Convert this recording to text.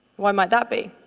why might that be?